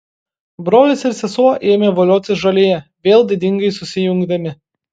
brolis ir sesuo ėmė voliotis žolėje vėl didingai susijungdami